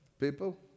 People